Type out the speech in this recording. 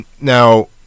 now